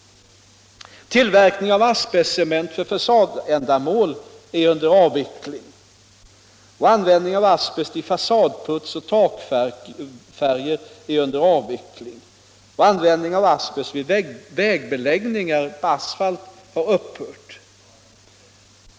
Tillverkningen av asbestcement för fasadändamål är under avveckling liksom användningen av asbest i fasadputs och takfärger. Asbestens användning vid vägbeläggning med asfalt har vidare upphört.